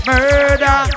Murder